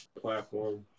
platform